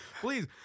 please